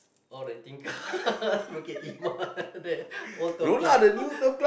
all the thing Bukit-Timah there old turf club